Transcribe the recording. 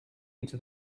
into